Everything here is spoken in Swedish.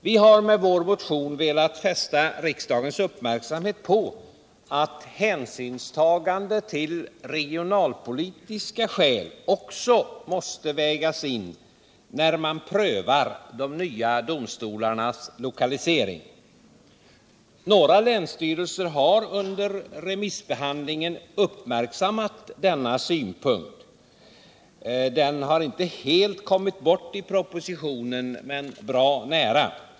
Vi har med vår motion velat fästa riksdagens uppmärksamhet på att hänsynstagande till regionalpolitiska skäl också måste läggas in, när man prövar de nya domstolarnas lokalisering. Några länsstyrelser har under remissbehandlingen uppmärksammat denna syn. Den har inte helt kommit bort i propositionen men nästan.